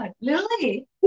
Lily